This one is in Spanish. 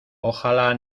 ojalá